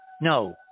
No